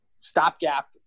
stopgap